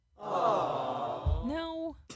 No